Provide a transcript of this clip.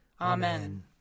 Amen